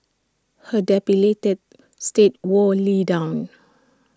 her debilitated state wore lee down